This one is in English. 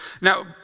Now